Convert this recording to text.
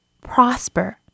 prosper